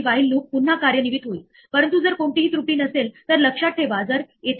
म्हणून name error किंवा index error किंवा झिरो डिव्हिजन एरर आहे आणि